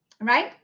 right